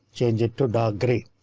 change it to dark grey.